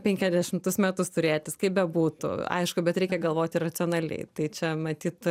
penkiadešimtus metus turėtis kaip bebūtų aišku bet reikia galvoti racionaliai tai čia matyt